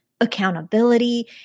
accountability